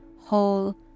whole